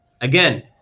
Again